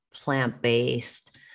plant-based